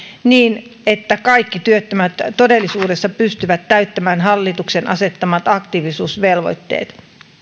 niin että kaikki työttömät todellisuudessa pystyvät täyttämään hallituksen asettamat aktiivisuusvelvoitteet